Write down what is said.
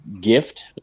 gift